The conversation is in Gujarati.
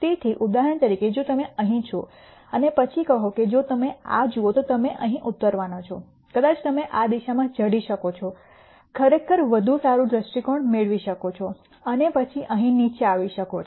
તેથી ઉદાહરણ તરીકે જો તમે અહીં છો અને પછી કહો કે જો તમે આ જુઓ તો તમે અહીં ઉતરવાના છો કદાચ તમે આ દિશામાં ચઢી શકો છો ખરેખર વધુ સારી દ્રષ્ટિકોણ મેળવી શકો છો અને પછી અહીં નીચે આવી શકો છો